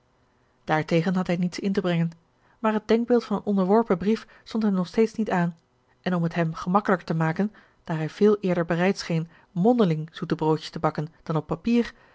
daartegen had hij niets in te brengen maar het denkbeeld van een onderworpen brief stond hem nog steeds niet aan en om het hem gemakkelijker te maken daar hij veel eerder bereid scheen mondeling zoete broodjes te bakken dan op papier